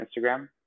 instagram